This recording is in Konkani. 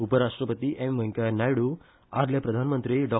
उपराष्ट्रपती एक व्यंकय्या नायडू आदले प्रधानमंत्री डॉ